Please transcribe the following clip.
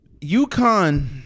UConn